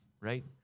right